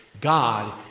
God